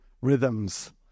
rhythms